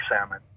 salmon